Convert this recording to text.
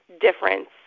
difference